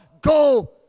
Go